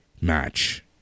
match